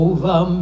Over